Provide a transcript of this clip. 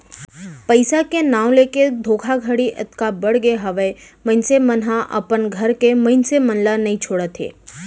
पइसा के नांव लेके धोखाघड़ी ह अतका बड़गे हावय मनसे मन ह अपन घर के मनसे मन ल नइ छोड़त हे